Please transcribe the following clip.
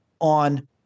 on